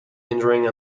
injuring